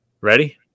ready